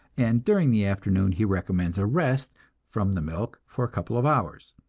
and during the afternoon he recommends a rest from the milk for a couple of hours,